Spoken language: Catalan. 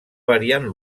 variant